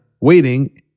waiting